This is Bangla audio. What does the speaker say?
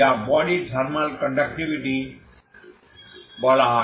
যা বডি র থার্মাল কন্ডাক্টিভিটি বলা হয়